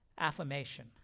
Affirmation